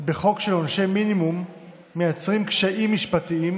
של עונשי מינימום בחוק מייצרת קשיים משפטיים,